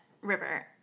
River